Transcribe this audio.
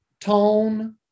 tone